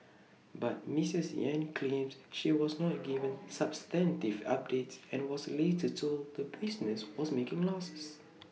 but miss Yen claims she was not given substantive updates and was later told the business was making losses